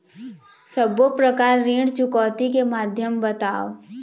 सब्बो प्रकार ऋण चुकौती के माध्यम बताव?